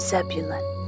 Zebulun